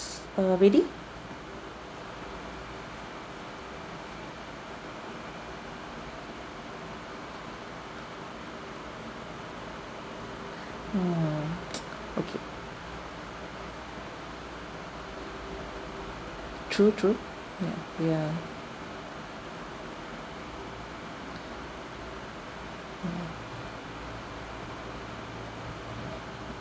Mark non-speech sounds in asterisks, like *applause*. uh ready oh *noise* okay true true ya